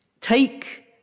Take